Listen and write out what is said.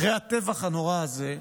אחרי הטבח הנורא הזה,